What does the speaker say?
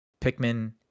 pikmin